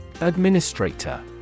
Administrator